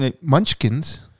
munchkins